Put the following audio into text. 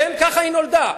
כן, ככה היא נולדה.